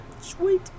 Sweet